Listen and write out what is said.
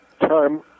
time